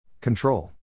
Control